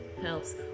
helps